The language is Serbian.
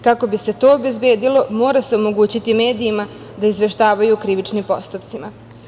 Kako bi se to obezbedilo, mora se omogućiti medijima da izveštavaju o krivičnim postupcima.